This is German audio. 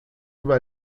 über